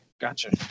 Gotcha